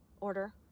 order